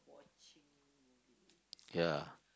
ya